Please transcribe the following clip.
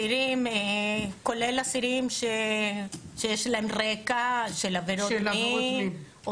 כולל אסירים ששיש להם רקע של עבירות מין,